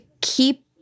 keep